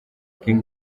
king